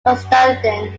constantine